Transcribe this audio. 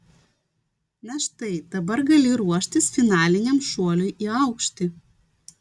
na štai dabar gali ruoštis finaliniam šuoliui į aukštį